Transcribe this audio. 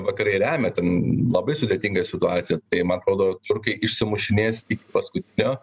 vakarai remia ten labai sudėtinga situacija tai man atrodo turkai išsimušinės iki paskutinio